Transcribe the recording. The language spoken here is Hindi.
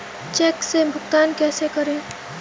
चेक से भुगतान कैसे करें?